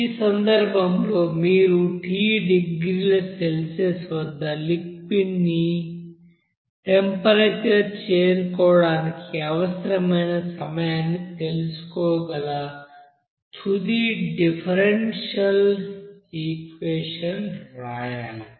ఈ సందర్భంలో మీరుT డిగ్రీ సెల్సియస్ వద్ద లిక్విడ్ టెంపరేచర్ చేరుకోవడానికి అవసరమైన సమయాన్ని తెలుసుకోగల తుది డిఫరెన్షియల్ ఈక్వెషన్ వ్రాయాలి